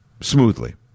smoothly